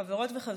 חברות וחברים,